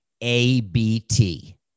ABT